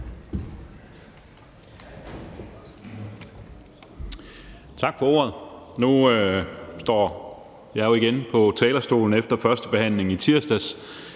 Tak for ordet. Nu står jeg jo igen på talerstolen efter førstebehandlingen i tirsdags,